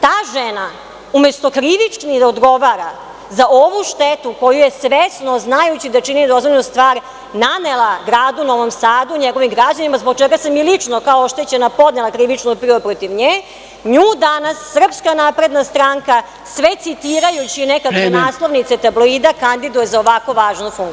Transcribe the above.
Ta žena umesto krivično da odgovara za ovu štetu koju je svesno, znajući da čini nedozvoljenu stvar, nanela gradu Novom Sadu, njegovim građanima zbog čega sam i lično oštećena podnela krivičnu prijavu protiv nje, nju danas SNS sve citirajući nekakve naslovnice tabloida kandiduje za ovako važnu funkciju.